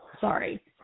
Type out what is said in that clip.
Sorry